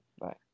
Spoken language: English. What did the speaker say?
Bye